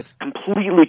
completely